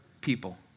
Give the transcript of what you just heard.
people